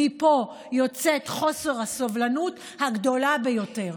מפה, יוצא חוסר הסובלנות הגדול ביותר.